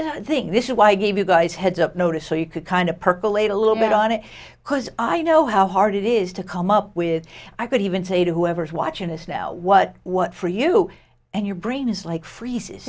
the thing this is why i gave you guys heads up notice so you could kind of percolate a little bit on it because i know how hard it is to come up with i could even say to whoever's watching this now what what for you and your brain is like free